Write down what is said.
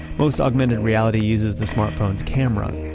most augmented reality uses the smartphone's camera.